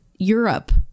Europe